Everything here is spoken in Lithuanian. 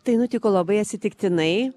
tai nutiko labai atsitiktinai